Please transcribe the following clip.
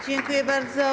Dziękuję bardzo.